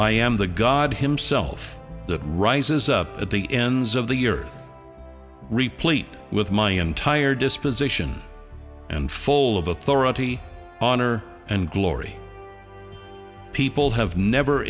i am the god himself that rises up at the ends of the years replete with my entire disposition and full of authority honor and glory people have never